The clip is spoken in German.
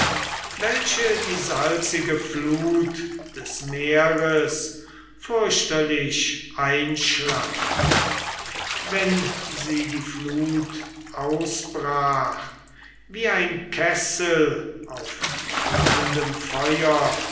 welche die salzige flut des meeres fürchterlich einschlang wenn sie die flut ausbrach wie ein kessel auf flammendem feuer